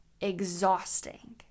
exhausting